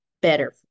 better